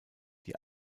die